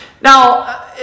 Now